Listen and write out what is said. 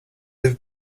have